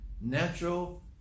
natural